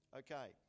okay